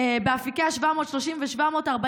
באפיקי 730 ו-740,